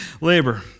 Labor